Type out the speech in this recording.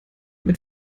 mit